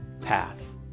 path